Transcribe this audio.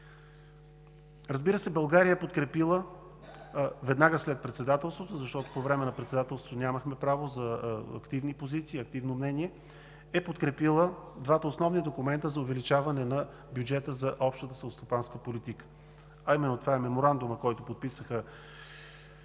Разбира се, България е подкрепила – веднага след Председателството, защото по време на Председателството нямахме право за активни позиции, активно мнение – двата основни документа за увеличаване на бюджета за Общата селскостопанска политика: Меморандума, който подписаха